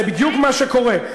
זה, בדיוק, מה שקורה.